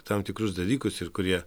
tam tikrus dalykus ir kurie